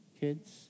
kids